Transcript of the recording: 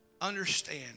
understand